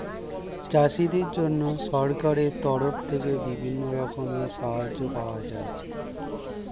চাষীদের জন্য সরকারের তরফ থেকে বিভিন্ন রকমের সাহায্য পাওয়া যায়